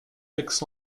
aix